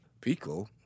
Pico